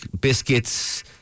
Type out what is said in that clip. biscuits